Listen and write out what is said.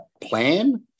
plan